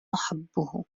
أحبه